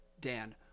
Dan